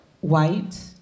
white